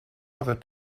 other